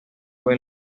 fue